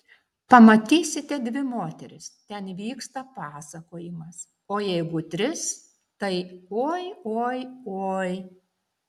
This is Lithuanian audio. pamatysite dvi moteris ten vyksta pasakojimas o jeigu tris tai oi oi oi